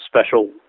special